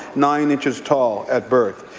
nine inches tall at birth.